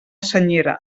senyera